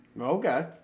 Okay